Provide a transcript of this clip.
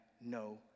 no